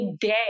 day